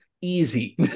easy